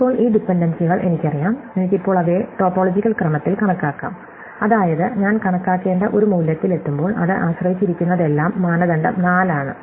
ഇപ്പോൾ ഈ ഡിപൻഡൻസികൾ എനിക്കറിയാം എനിക്ക് ഇപ്പോൾ അവയെ ടോപ്പോളജിക്കൽ ക്രമത്തിൽ കണക്കാക്കാം അതായത് ഞാൻ കണക്കാക്കേണ്ട ഒരു മൂല്യത്തിൽ എത്തുമ്പോൾ അത് ആശ്രയിച്ചിരിക്കുന്നതെല്ലാം മാനദണ്ഡം 4 ആണ്